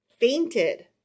fainted